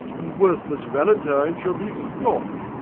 and worthless valentine shall be forgot.